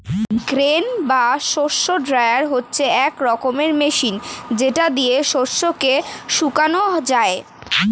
grain বা শস্য dryer হচ্ছে এক রকমের মেশিন যেটা দিয়ে শস্য কে শোকানো যায়